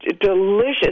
delicious